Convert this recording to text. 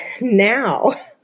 now